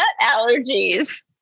allergies